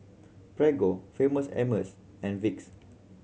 Prego Famous Amos and Vicks